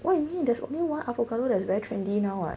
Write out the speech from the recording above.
what you mean there's only one avocado that's very trendy now [what]